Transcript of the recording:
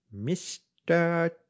Mr